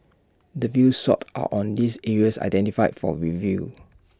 the views sought are on these areas identified for review